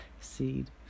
seed